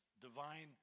divine